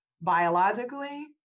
Biologically